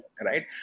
right